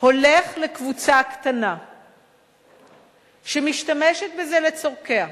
הולך לקבוצה קטנה שמשתמשת בזה לצרכיה,